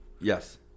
Yes